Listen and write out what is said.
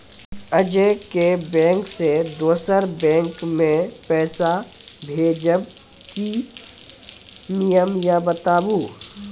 आजे के बैंक से दोसर बैंक मे पैसा भेज ब की नियम या बताबू?